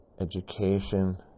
education